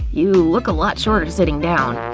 you look a lot shorter sitting down.